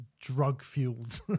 drug-fueled